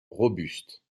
robuste